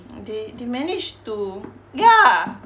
mm they they manage to ya